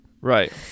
Right